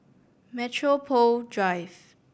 Metropole Drive